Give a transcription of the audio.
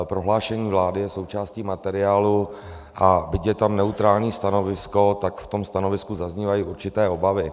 Prohlášení vlády je součástí materiálu, a byť je tam neutrální stanovisko, tak v tom stanovisku zaznívají určité obavy.